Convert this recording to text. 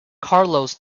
carlos